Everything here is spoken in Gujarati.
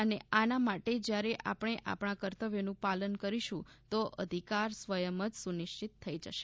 અને આના માટે જ્યારે આપણે આપણા કર્તવ્યોનું પાલન કરીશું તો અધિકાર સ્વયં જ સુનિશ્ચિત થઇ જશે